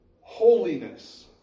holiness